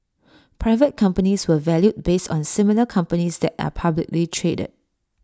private companies were valued based on similar companies that are publicly traded